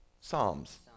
Psalms